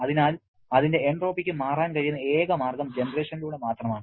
അതിനാൽ അതിന്റെ എൻട്രോപ്പിക്ക് മാറാൻ കഴിയുന്ന ഏക മാർഗ്ഗം ജനറേഷനിലൂടെ മാത്രമാണ്